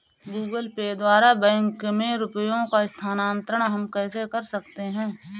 Google Pay द्वारा bank में रुपयों का स्थानांतरण हम कैसे कर सकते हैं?